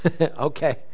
okay